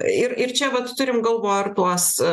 ir ir čia vat turim galvoj ir tuos